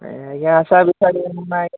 ଆଜ୍ଞାଁ ଆଜ୍ଞାଁ ପାରିବି କି ନାହିଁ